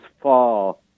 fall